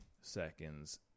seconds